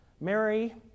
Mary